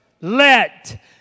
Let